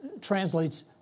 translates